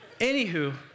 anywho